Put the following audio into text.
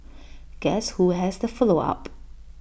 guess who has to follow up